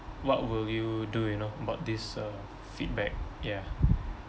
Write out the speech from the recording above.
what will you do you know about this uh feedback yeah